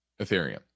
Ethereum